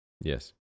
Yes